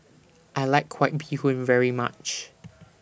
I like White Bee Hoon very much